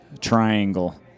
triangle